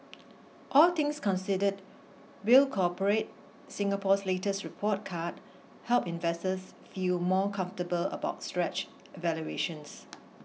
all things considered will cooperate Singapore's latest report card help investors feel more comfortable about stretch valuations